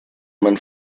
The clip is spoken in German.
man